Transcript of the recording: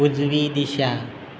उजवी दिशा